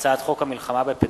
אסון צ'רנוביל (תיקון,